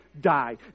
die